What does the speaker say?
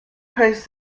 praised